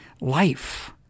life